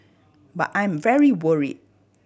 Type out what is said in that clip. but I am very worried